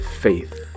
faith